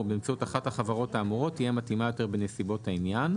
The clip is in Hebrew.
באמצעות אחת החברות האמורות תהיה מתאימה יותר בנסיבות העניין,